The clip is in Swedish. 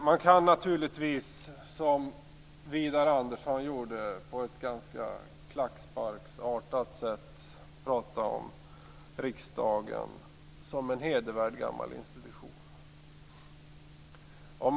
Man kan naturligtvis, som Widar Andersson gjorde, på ett ganska klacksparksartat sätt prata om riksdagen som en hedervärd gammal institution.